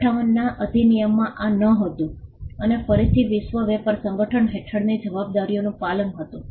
1958 ના અધિનિયમમાં આ નહોતું અને આ ફરીથી વિશ્વ વેપાર સંગઠન હેઠળની જવાબદારીઓનું પાલન હતું